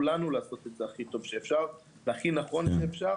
לנו לעשות את זה הכי טוב שאפשר והכי נכון שאפשר.